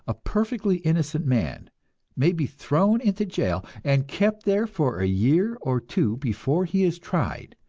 a perfectly innocent man may be thrown into jail, and kept there for a year or two before he is tried,